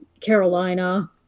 Carolina